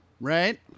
right